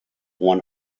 one